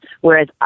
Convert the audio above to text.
Whereas